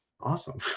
awesome